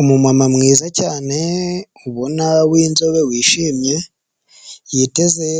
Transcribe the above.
Umumama mwiza cyane ubona w'inzobe wishimye yiteze